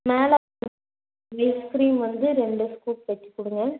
மேலே ஐஸ்க்ரீம் வந்து ரெண்டு ஸ்கூப் வச்சு கொடுங்க